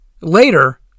Later